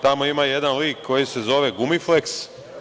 Tamo ima jedan lik koji se zove Gumifleks.